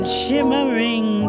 shimmering